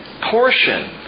portion